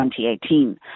2018